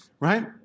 Right